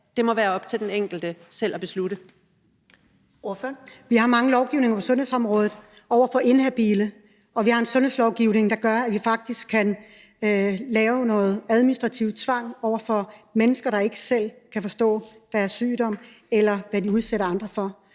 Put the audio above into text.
Ordføreren. Kl. 20:18 Liselott Blixt (DF): Vi har mange lovgivninger på sundhedsområdet over for inhabile, og vi har en sundhedslovgivning, der gør, at man faktisk kan benytte administrativ tvang over for mennesker, der ikke selv kan forstå deres sygdom, eller hvad de udsætter andre for,